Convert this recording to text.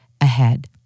ahead